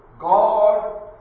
God